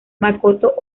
makoto